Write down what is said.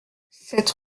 cette